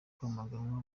kwamaganwa